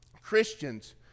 Christians